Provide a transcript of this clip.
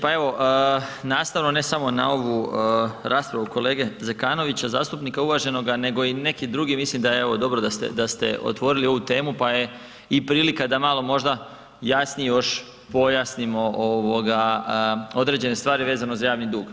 Pa evo nastavno ne samo na ovu raspravu kolegu Zekanovića zastupnika uvaženoga nego i neki drugi, mislim da je dobro da ste otvorili ovu temu pa je i prilika da malo možda jasnije još pojasnim određene stvari vezano za javni dug.